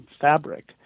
fabric